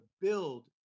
build